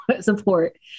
support